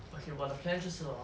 okay 我的 plan 就是 hor